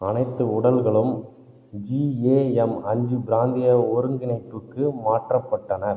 அனைத்து உடல்களும் ஜிஏஎம் அஞ்சு பிராந்திய ஒருங்கிணைப்புக்கு மாற்றப்பட்டன